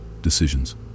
decisions